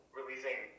releasing